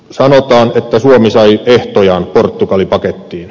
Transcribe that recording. sanotaan että suomi sai ehtojaan portugali pakettiin